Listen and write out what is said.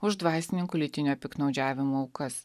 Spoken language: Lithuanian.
už dvasininkų lytinio piktnaudžiavimo aukas